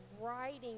writing